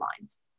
lines